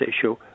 issue